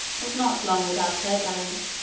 was not long without her gallant.